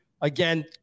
Again